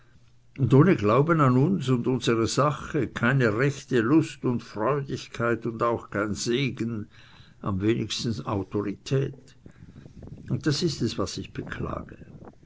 und ohne glauben an uns und unsere sache keine rechte lust und freudigkeit und auch kein segen am wenigsten autorität und das ist es was ich beklage